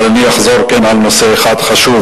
אבל אני אחזור על נושא אחד חשוב,